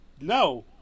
no